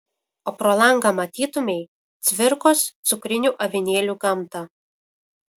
o pro langą matytumei cvirkos cukrinių avinėlių gamtą